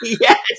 Yes